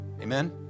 Amen